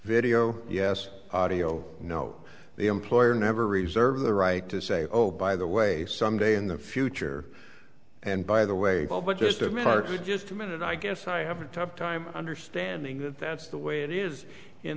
video yes audio no the employer never reserve the right to say oh by the way someday in the future and by the way but just a market just a minute i guess i have a tough time understanding that that's the way it is in